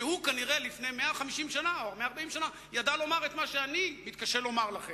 שכנראה לפני 140 או 150 שנה ידע לומר את מה שאני מתקשה לומר לכם,